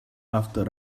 after